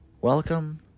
Welcome